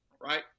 right